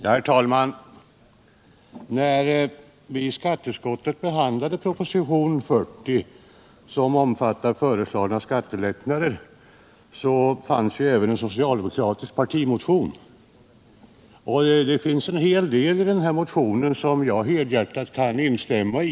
Herr talman! Med anledning av propositionen 40 med förslag till skattelättnader har en socialdemokratisk partimotion väckts. Det finns en hel del i denna motion som jag helhjärtat kan instämma i.